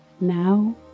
now